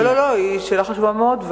לא, לא, היא שאלה חשובה מאוד.